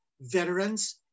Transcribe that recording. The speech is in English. veterans